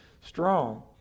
strong